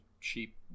cheap